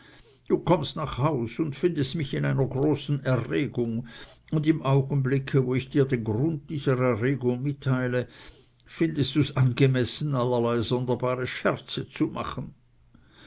du kommst nach haus und findest mich in einer großen erregung und im augenblicke wo ich dir den grund dieser erregung mitteile findest du's angemessen allerlei sonderbare scherze zu machen